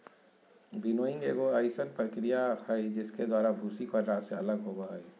winnowing एगो अइसन प्रक्रिया हइ जिसके द्वारा भूसी को अनाज से अलग होबो हइ